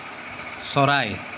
চৰাই